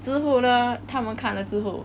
之后呢他们看了之后